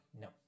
No